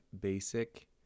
basic